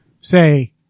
say